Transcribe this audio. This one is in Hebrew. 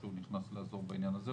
שנכנס לעזור בעניין הזה.